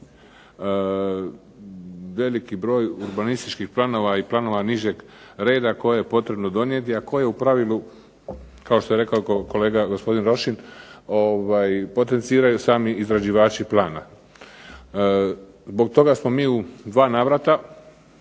veliki broj urbanističkih planova i planova nižeg reda koje je potrebno donijeti, a koje u pravilu, kao što je rekao kolega gospodin Rošin, potenciraju sami izrađivači plana. Zbog toga smo mi u dva navrata